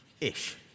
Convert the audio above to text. Ish